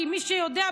כי מי שיודע,